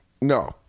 No